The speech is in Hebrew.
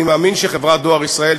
אני מאמין שחברת "דואר ישראל",